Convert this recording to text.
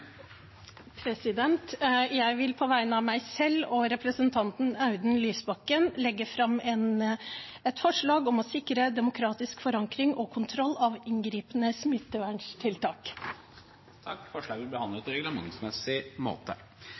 representantforslag. Jeg vil på vegne av representanten Audun Lysbakken og meg selv legge fram et forslag om å sikre demokratisk forankring og kontroll av inngripende smitteverntiltak. Forslaget vil bli behandlet på reglementsmessig måte.